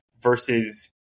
versus